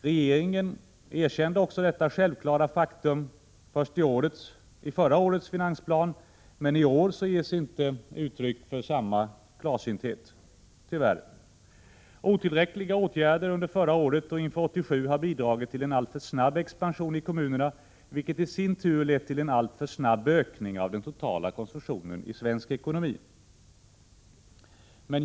Regeringen erkände också detta självklara faktum först i förra årets finansplan, men i år ges tyvärr inte uttryck för samma klarsynthet. Otillräckliga åtgärder under förra året och inför 1987 har bidragit till en alltför snabb expansion i kommunerna, vilket i sin tur lett till en alltför snabb ökning av den totala konsumtionen i svensk ekonomi.